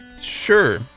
Sure